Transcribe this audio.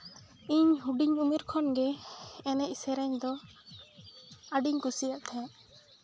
ᱤᱧ ᱦᱩᱰᱤᱧ ᱩᱢᱮᱨ ᱠᱷᱚᱱᱜᱮ ᱮᱱᱮᱡᱼᱥᱮᱨᱮᱧ ᱫᱚ ᱟᱹᱰᱤᱧ ᱠᱩᱥᱤᱭᱟᱜ ᱛᱟᱦᱮᱸᱜ